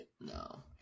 No